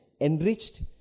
enriched